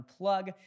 unplug